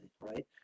right